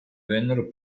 vennero